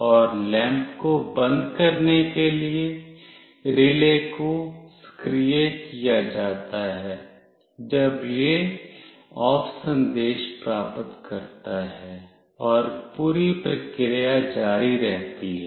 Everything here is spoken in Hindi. और लैंप को बंद करने के लिए रिले को सक्रिय किया जाता है जब यह OFF संदेश प्राप्त करता है और पूरी प्रक्रिया जारी रहती है